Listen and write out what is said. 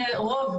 רוב,